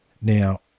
Now